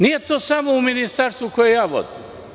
Nije to samo u ministarstvu koje ja vodim.